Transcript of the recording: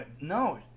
No